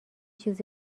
چیز